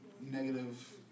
negative